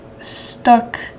stuck